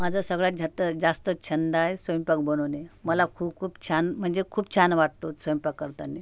माझा सगळ्यात जाथ जास्त छंद आहे स्वयंपाक बनवणे मला खूप खूप छान म्हणजे खूप छान वाटतो स्वयंपाक करतानी